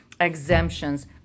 exemptions